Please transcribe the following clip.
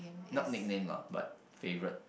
not nickname lah but favourite